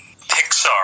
Pixar